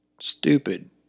stupid